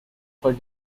for